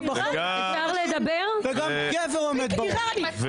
בחוק לקידום נשים וגם גבר עומד בראש.